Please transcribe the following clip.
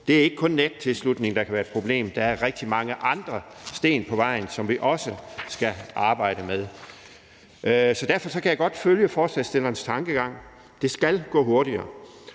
Det er ikke kun nettilslutningen, der kan være et problem; der er rigtig mange andre sten på vejen, som vi også skal arbejde med. Derfor kan jeg godt følge forslagsstillernes tankegang. Det skal gå hurtigere.